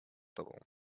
tobą